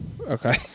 Okay